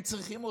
הם צריכים אותה,